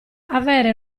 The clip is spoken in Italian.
avere